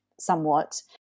somewhat